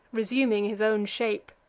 resuming his own shape